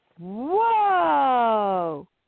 Whoa